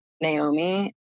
Naomi